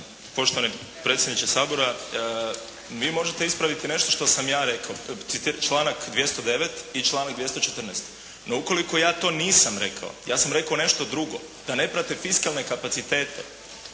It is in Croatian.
Poštovani predsjedniče Sabora, vi možete ispraviti nešto što sam ja rekao, članak 209. i članak 214., no ukoliko ja to nisam rekao, ja sam rekao nešto drugo, da ne prate fiskalne kapacitete,